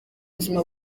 buzima